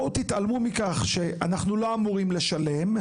בואו תתעלמו מכך שאנחנו לא אמורים לשלם,